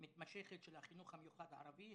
מתמשכת של החינוך המיוחד הערבי,